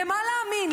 למה להאמין,